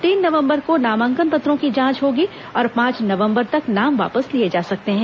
तीन नवंबर को नामांकन पत्रों की जांच होगी और पांच नवंबर तक नाम वापस लिए जा सकते हैं